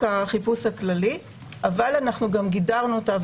החיפוש הכללי אבל אנחנו גם גידרנו אותה,